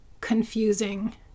confusing